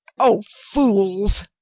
oh, fools,